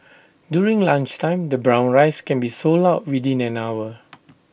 during lunchtime the brown rice can be sold out within an hour